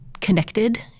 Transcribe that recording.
connected